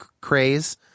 craze